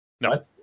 No